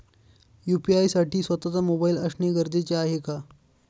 UPI साठी स्वत:चा mobile असणे गरजेचे आहे का?